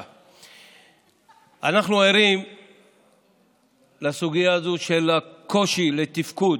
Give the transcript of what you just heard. אנחנו ערים לסוגיה הזו של הקושי בתפקוד,